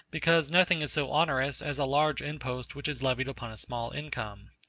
because nothing is so onerous as a large impost which is levied upon a small income.